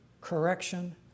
correction